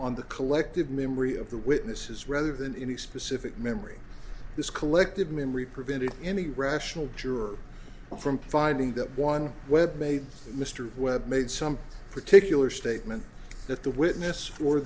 on the collective memory of the witnesses rather than any specific memory this collective memory prevented any rational juror from finding the one webbed made mr webb made some particular statement that the witness for